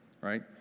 right